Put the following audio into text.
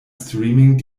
streaming